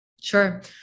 Sure